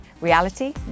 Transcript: Reality